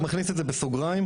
מכניס את זה בסוגריים,